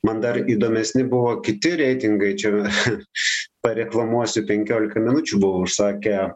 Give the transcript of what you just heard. man dar įdomesni buvo kiti reitingai čia che pareklamuosiu penkiolika minučių buvo užsakę